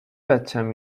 بچم